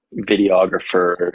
videographer